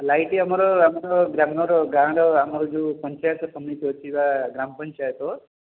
light ଆମର ଆମର ଗ୍ରାମ୍ୟର ଗାଁର ଆମର ଯେଉଁ ପଞ୍ଚାୟତ ସମିତି ଅଛି ବା ଗ୍ରାମ ପଞ୍ଚାୟତ